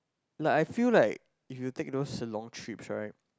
like I feel like if you take those long trips right